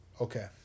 Okay